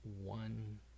one